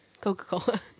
Coca-Cola